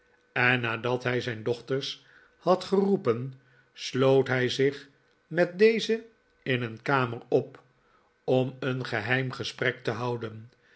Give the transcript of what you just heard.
en nadat hij zijn dochters had geroepen sloot hij zich met deze in een tamer op om een geheim gesprek te houden